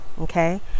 okay